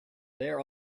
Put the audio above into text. there